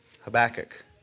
Habakkuk